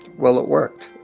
well it worked!